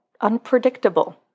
unpredictable